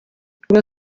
ngo